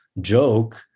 joke